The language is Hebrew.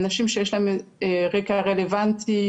כרגע הוא נמצא בוועדת החשב הכללי, בוועדת